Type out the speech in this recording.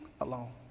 alone